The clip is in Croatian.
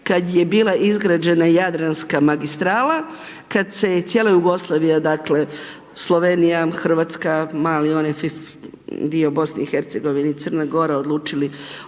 kad je bila izgrađena Jadranska magistrala, kad se je cijela Jugoslavija dakle, Slovenija, Hrvatska, mali onaj dio BiH i Crne Gore odlučili okrenuti